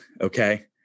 Okay